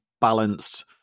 balanced